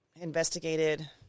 investigated